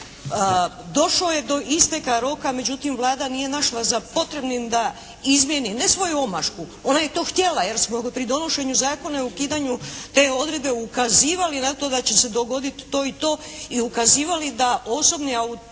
Došlo je do isteka roka međutim, Vlada nije našla za potrebnim da izmjeni ne svoju omašku. Ona je to htjela jer smo pri donošenju zakona i ukidanju te odredbe ukazivali na to da će se dogodit to i to i ukazivali da osobni automobil